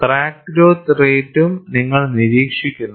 crack growth റേറ്റ്റ്റും നിങ്ങൾ നിരീക്ഷിക്കുന്നു